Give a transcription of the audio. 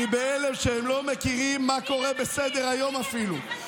אני בהלם שהם לא מכירים מה קורה בסדר-היום אפילו.